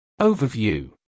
Overview